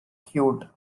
cute